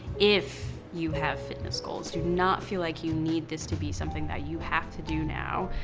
if you have fitness goals. do not feel like you need this to be something that you have to do now.